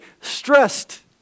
stressed